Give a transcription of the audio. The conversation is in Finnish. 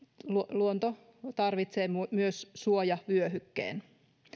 luonto tarvitsee myös suojavyöhykkeen